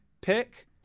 pick